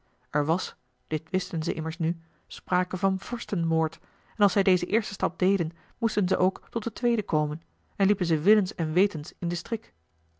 er was dit wisten ze immers n sprake van vorstenmoord en als zij dezen eersten stap deden moesten ze ook tot den tweeden komen en liepen ze willens en wetens in den strik